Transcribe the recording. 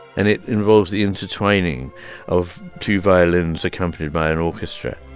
and it involves the intertwining of two violins accompanied by an orchestra